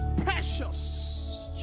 precious